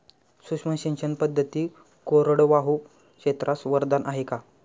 सूक्ष्म सिंचन पद्धती कोरडवाहू क्षेत्रास वरदान आहे का?